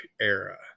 era